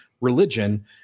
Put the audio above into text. religion